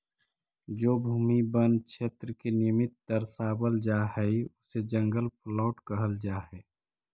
जो भूमि वन क्षेत्र के निमित्त दर्शावल जा हई उसे जंगल प्लॉट कहल जा हई